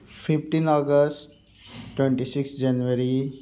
fifteen August twenty six January